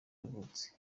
yavutse